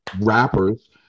rappers